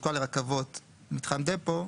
תחזוקה לרכבות", "מתחם דפו"